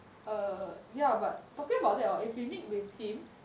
err ya but talking about that or if we meet with him